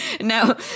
No